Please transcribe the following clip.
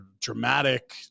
dramatic